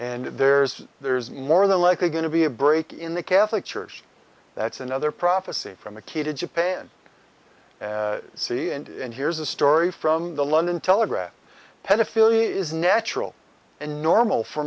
and there's there's more than likely going to be a break in the catholic church that's another prophecy from a key to japan sea and here's a story from the london telegraph pedophilia is natural and normal for